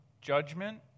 judgment